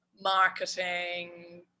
marketing